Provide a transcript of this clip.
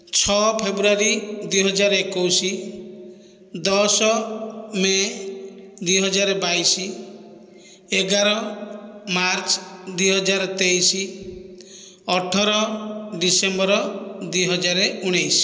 ଛଅ ଫେବୃଆରୀ ଦୁଇ ହଜାର ଏକୋଇଶ ଦଶ ମେ ଦୁଇ ହଜାର ବାଇଶ ଏଗାର ମାର୍ଚ୍ଚ ଦୁଇ ହଜାର ତେଇଶ ଅଠର ଡିସେମ୍ବର ଦୁଇ ହଜାରେ ଉଣେଇଶ